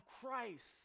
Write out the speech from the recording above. Christ